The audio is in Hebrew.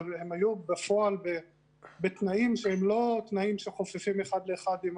אבל הם היו בפועל בתנאים שהם לא תנאים שחופפים אחד לאחד עם